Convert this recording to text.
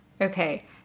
okay